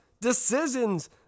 decisions